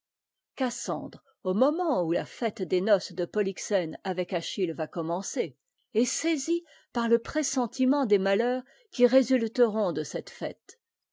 cassandre au moment où la fête des noces de potyxène avec achitte va commencer est saisie par le pressentiment des malheurs qui résulteront de cette fête